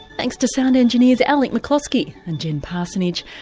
thanks to sound engineers alec mccloskey and jen parsonage.